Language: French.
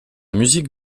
musique